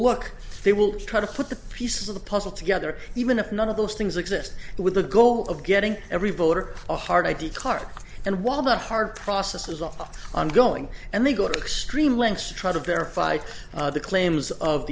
look they will try to put the pieces of the puzzle together even if none of those things exist with the goal of getting every voter a hard id card and while that hard process is off ongoing and they go to extreme lengths to try to verify the claims of